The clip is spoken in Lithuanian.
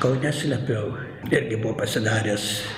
kaune slėpiau irgi buvau pasidaręs